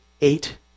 eight